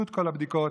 עשו את כל הבדיקות,